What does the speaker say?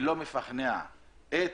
ולא מפענח את